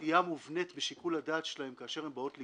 מובנית בשיקול הדעת כשהן באות לגבות.